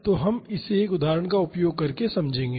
तो हम इसे एक उदाहरण का उपयोग करके समझेंगे